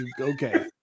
okay